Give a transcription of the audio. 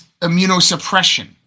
immunosuppression